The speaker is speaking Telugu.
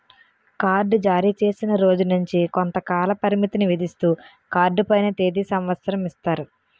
కార్డ్ జారీచేసిన రోజు నుంచి కొంతకాల పరిమితిని విధిస్తూ కార్డు పైన తేది సంవత్సరం ఇస్తారు